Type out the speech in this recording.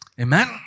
Amen